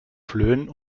flöhen